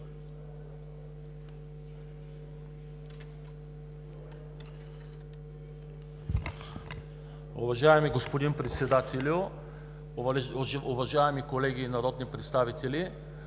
Уважаеми господин Председател, уважаеми колеги народни представители!